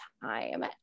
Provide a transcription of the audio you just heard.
time